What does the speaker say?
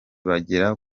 bagera